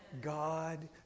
God